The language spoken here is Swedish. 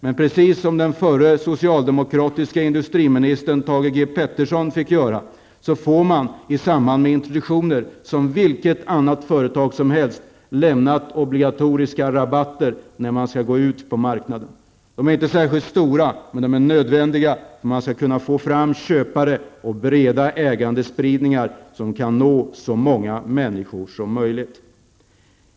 Men precis som den förre socialdemokratiske industriministern Thage G Peterson fick göra, får man lämna obligatoriska rabatter i samband med introduktioner när man skall gå ut på marknaden som vilket annat företag som helst. Dessa rabatter är inte särskilt stora, men de är nödvändiga för att man skall kunna få fram köpare och breda ägandespridningar som kan nå så många människor som möjligt.